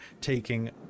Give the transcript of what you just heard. taking